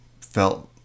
felt